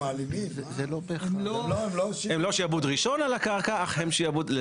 הן לא שיעבוד ראשון על הקרקע, אך הן שיעבוד.